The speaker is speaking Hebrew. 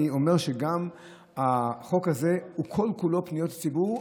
אני אומר שגם החוק הזה הוא כל-כולו פניות ציבור.